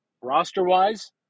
Roster-wise